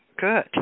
good